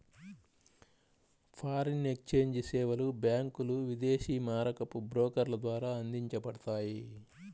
foreign exchange సేవలు బ్యాంకులు, విదేశీ మారకపు బ్రోకర్ల ద్వారా అందించబడతాయి